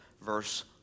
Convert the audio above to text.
verse